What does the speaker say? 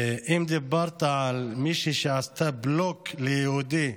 ואם דיברת על מישהי שעשתה בלוק ליהודי,